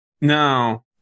no